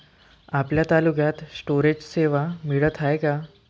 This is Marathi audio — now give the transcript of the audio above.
आपल्या तालुक्यात स्टोरेज सेवा मिळत हाये का?